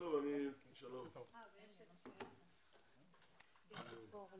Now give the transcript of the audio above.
אני מתכבד לפתוח את הישיבה שעוסקת בייצוג הולם